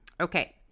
Okay